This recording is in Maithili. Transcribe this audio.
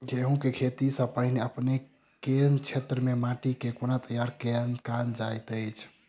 गेंहूँ केँ खेती सँ पहिने अपनेक केँ क्षेत्र मे माटि केँ कोना तैयार काल जाइत अछि?